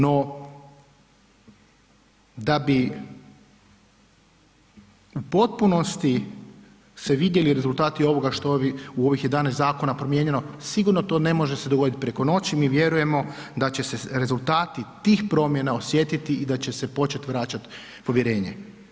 No, da bi u potpunosti se vidjeli rezultati ovoga što je u ovih 11 zakona promijenjeno, sigurno to ne može se dogodit preko noći, mi vjerujemo da će se rezultati tih promjena osjetiti i da će se počet vraćat povjerenje.